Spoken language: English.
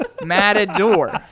matador